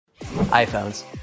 iPhones